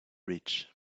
rich